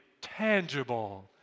tangible